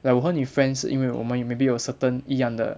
like 我和你 friends 是因为我们有 maybe 有 certain 一样的